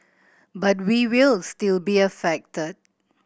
but we will still be affected